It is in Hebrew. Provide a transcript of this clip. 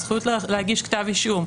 זכות להגיש כתב אישום,